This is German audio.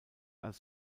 als